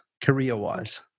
career-wise